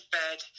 bed